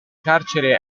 carcere